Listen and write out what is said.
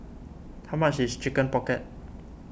how much is Chicken Pocket